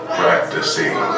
practicing